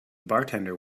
bartender